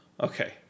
okay